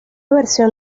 versión